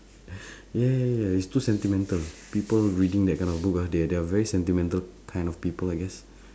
ya ya ya it's too sentimental people reading that kind of book ah they're they're very sentimental kind of people I guess